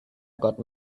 got